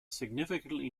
significantly